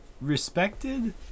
respected